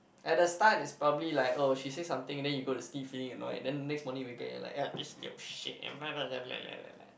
at the start it's probably like oh she say something then you go to sleep feeling annoyed then next morning you wake up you're like this little shit